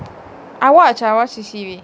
I watch I watch C_C_V